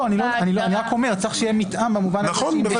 אני רק אומר שצריך שיהיה מתאם במובן הזה שאם יהיו